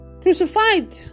crucified